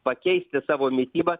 pakeisti savo mitybą